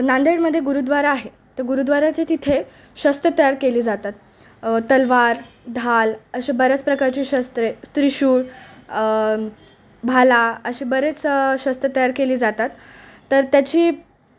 नांदेडमध्ये गुरुद्वारा आहे तर गुरुद्वाऱ्याचे तिथे शस्त्रं तयार केली जातात तलवार ढाल असे बऱ्याच प्रकारचे शस्त्रे त्रिशूळ भाला असे बरेच शस्त्रं तयार केली जातात तर त्याची